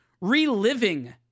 reliving